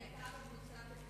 היא היתה, בפתח תקווה?